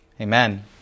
Amen